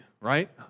right